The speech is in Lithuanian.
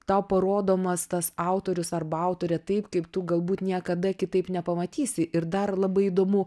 tau parodomas tas autorius arba autorė taip kaip tu galbūt niekada kitaip nepamatysi ir dar labai įdomu